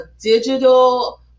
digital